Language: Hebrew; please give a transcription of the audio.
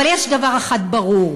אבל יש דבר אחד ברור: